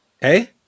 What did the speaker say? hey